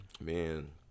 Man